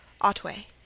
Otway